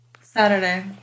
Saturday